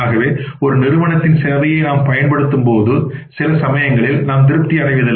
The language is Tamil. ஆகவே ஒரு நிறுவனத்தின் சேவையை நாம் பயன்படுத்தும் போதுசில சமயங்களில் நாம் திருப்தி அடைவதில்லை